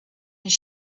his